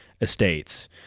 estates